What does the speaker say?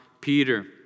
Peter